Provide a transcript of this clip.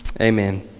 amen